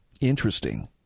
Interesting